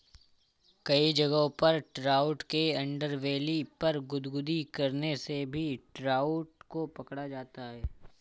कई जगहों पर ट्राउट के अंडरबेली पर गुदगुदी करने से भी ट्राउट को पकड़ा जाता है